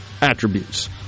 attributes